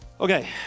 Okay